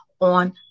on